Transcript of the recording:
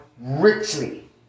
richly